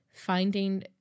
Finding